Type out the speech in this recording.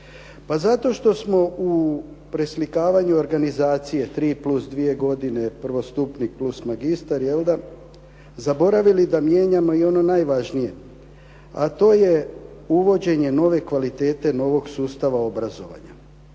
zato što smo u preslikavanju organizacije 3 + 2 godine, prvostupnik + magistar zaboravili da mijenjamo i ono najvažnije, a to je uvođenje nove kvalitete, novog sustava obrazovanja.